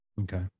okay